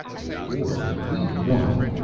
a war that we won,